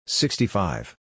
sixty-five